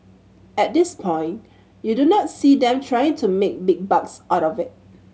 at this point you do not see them trying to make big bucks out of it